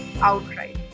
outright